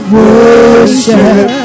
worship